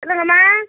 சொல்லுங்கம்மா